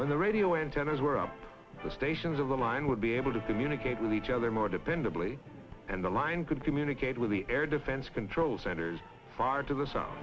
when the radio antennas were up the stations of the line would be able to communicate with each other more dependably and the line could communicate with the air defense control centers far to the s